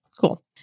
Cool